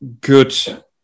good